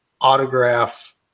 autograph